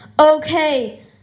okay